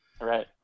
right